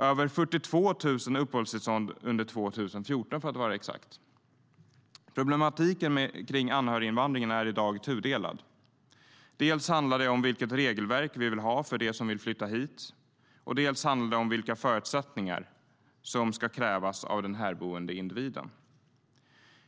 Över 42 000 uppehållstillstånd beviljades under 2014, för att vara exakt. Problematiken kring anhöriginvandringen är i dag tudelad. Dels handlar det om vilket regelverk vi vill ha för dem som vill flytta hit, dels handlar det om vilka förutsättningar som ska krävas av den härboende individen.